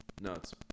Nuts